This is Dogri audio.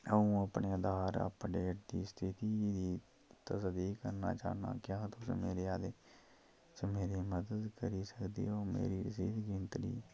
अ'ऊं अपने आधार अपडेट दी स्थिति गी तसदीक करना चाह्न्नां क्या तुस मेरा एह्दे च मेरी मदद करी सकदे ओ मेरी रसीद गीनतरी